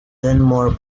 dunmore